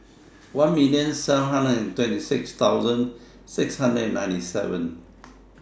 one million seven hundred and twenty six thousand six hundred and ninety seven